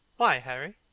why, harry?